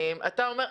אתה אומר,